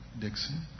Dixon